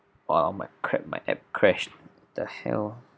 !wah! my crap my app crashed the hell